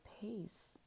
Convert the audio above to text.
pace